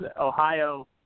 Ohio